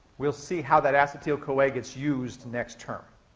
we'll see how that acetyl-coa gets used next term.